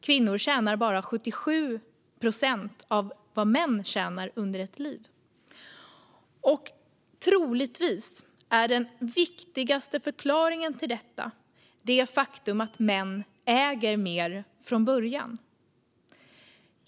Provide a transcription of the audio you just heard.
Kvinnornas livsinkomst motsvarar i dag bara 77 procent av männens. Den viktigaste förklaringen är troligtvis det faktum att män äger mer från början.